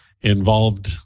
involved